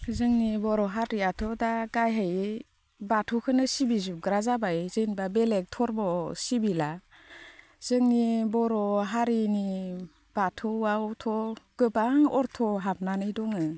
जोंनि बर' हारियाथ' दा गाहायै बाथौखौनो सिबिजोबग्रा जाबाय जेनोबा बेलेग धरम' सिबिला जोंनि बर' हारिनि बाथौआवथ' गोबां अर्थ हाबनानै दङो